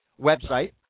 website